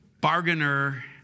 bargainer